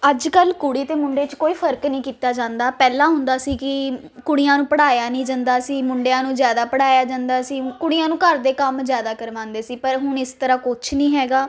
ਅੱਜ ਕੱਲ੍ਹ ਕੁੜੀਆਂ ਅਤੇ ਮੁੰਡੇ 'ਚ ਕੋਈ ਫਰਕ ਨਹੀਂ ਕੀਤਾ ਜਾਂਦਾ ਪਹਿਲਾਂ ਹੁੰਦਾ ਸੀ ਕਿ ਕੁੜੀਆਂ ਨੂੰ ਪੜ੍ਹਾਇਆ ਨਹੀਂ ਜਾਂਦਾ ਸੀ ਮੁੰਡਿਆਂ ਨੂੰ ਜ਼ਿਆਦਾ ਪੜ੍ਹਾਇਆ ਜਾਂਦਾ ਸੀ ਕੁੜੀਆਂ ਨੂੰ ਘਰ ਦੇ ਕੰਮ ਜ਼ਿਆਦਾ ਕਰਵਾਉਂਦੇ ਸੀ ਪਰ ਹੁਣ ਇਸ ਤਰ੍ਹਾਂ ਕੁਛ ਨਹੀਂ ਹੈਗਾ